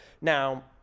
Now